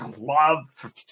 love